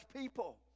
people